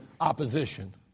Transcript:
opposition